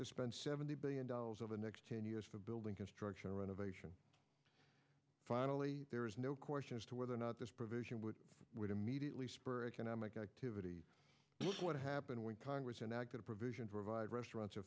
to spend seventy billion dollars over the next ten years for building construction renovation finally there is no question as to whether or not this provision would immediately spur economic activity what happened when congress enacted a provision provide restaurants